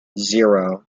zero